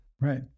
Right